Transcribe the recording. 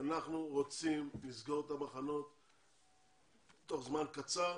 אנחנו רוצים לסגור את המחנות תוך זמן קצר,